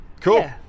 Cool